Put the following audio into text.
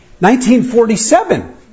1947